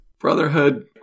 Brotherhood